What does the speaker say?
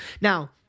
Now